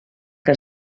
que